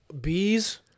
bees